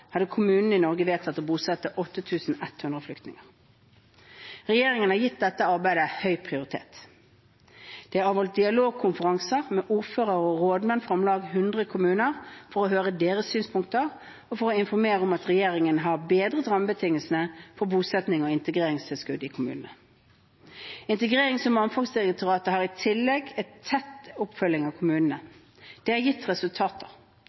hadde kommunene i Norge vedtatt å bosette 8 100 flyktninger. Regjeringen har gitt dette arbeidet høy prioritet. Det er avholdt dialogkonferanser med ordførere og rådmenn fra om lag 100 kommuner for å høre deres synspunkter og for å informere om at regjeringen har bedret rammebetingelsene for bosettings- og integreringsarbeidet i kommunene. Integrerings- og mangfoldsdirektoratet har i tillegg en tett oppfølging av kommunene. Dette har gitt resultater.